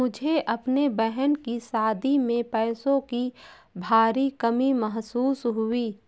मुझे अपने बहन की शादी में पैसों की भारी कमी महसूस हुई